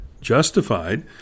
justified